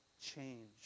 change